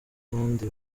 n’abandi